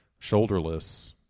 shoulderless